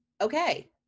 okay